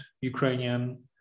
Ukrainian